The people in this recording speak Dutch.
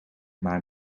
maar